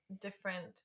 different